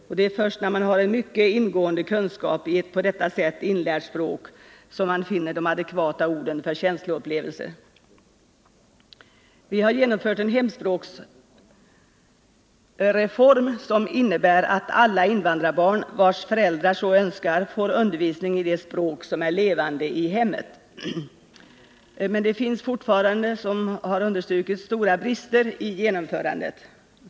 Och det är först när man har en mycket ingående kunskap i ett på detta sätt inlärt språk som man finner de adekvata orden för känsloupplevelser. Vi har genomfört en hemspråksreform som innebär att alla invandrarbarn, vilkas föräldrar så önskar, får undervisning i det språk som är levande i hemmet. Men det finns fortfarande stora brister i genomförandet.